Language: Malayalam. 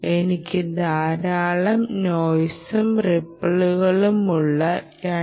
എനിക്ക് ധാരാളം നോയ്സും റിപ്പിളുമുള്ള 2